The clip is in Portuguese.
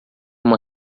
uma